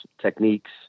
techniques